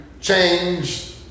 change